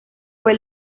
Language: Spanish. fue